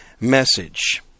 message